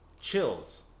chills